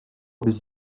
bis